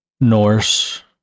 Norse